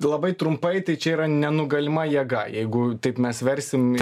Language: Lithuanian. labai trumpai tai čia yra nenugalima jėga jeigu taip mes versim